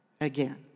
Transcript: again